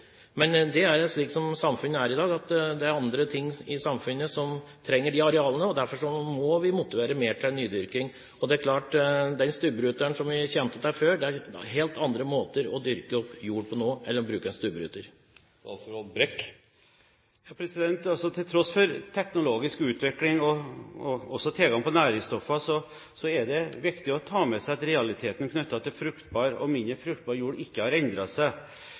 Men det er slik samfunnet er i dag. Det er mye annet i samfunnet som trenger de arealene. Derfor må vi motivere mer til nydyrking. Det er klart: Før kjente vi til stubbebryteren. Det er helt andre måter å dyrke opp jord på nå enn ved å bruke en stubbebryter. Til tross for teknologisk utvikling og tilgang på næringsstoffer er det viktig å ta med seg at realiteten knyttet til fruktbar og mindre fruktbar jord ikke har endret seg.